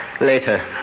later